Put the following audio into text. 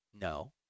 No